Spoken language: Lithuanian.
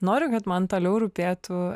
noriu kad man toliau rūpėtų